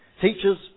teachers